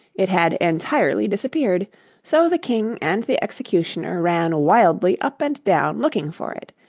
it had entirely disappeared so the king and the executioner ran wildly up and down looking for it,